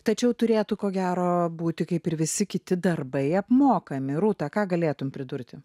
tačiau turėtų ko gero būti kaip ir visi kiti darbai apmokami rūta ką galėtum pridurti